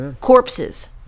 Corpses